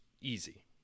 Easy